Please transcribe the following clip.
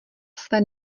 své